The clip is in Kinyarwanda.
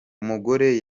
umugore